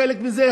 חלק מזה,